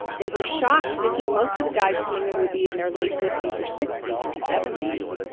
they were shocked thinking most of the guys coming in would be in their late fifty s or sixty s or seventy s.